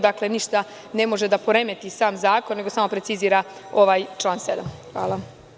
Dakle, ništa ne može da poremeti sam zakon, nego samo precizira ovaj član 7. Hvala.